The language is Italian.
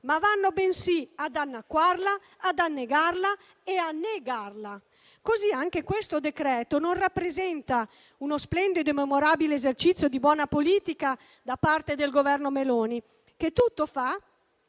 ma vanno bensì ad annacquarla, ad annegarla e a negarla. Così, anche il decreto-legge in esame non rappresenta uno splendido e memorabile esercizio di buona politica da parte del Governo Meloni, che tutto fa